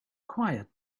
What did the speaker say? quiet